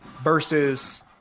versus